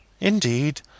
indeed